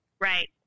Right